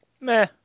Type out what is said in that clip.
meh